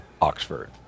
Oxford